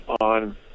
on